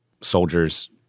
soldiers